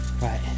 Right